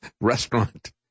restaurant